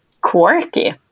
quirky